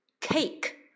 cake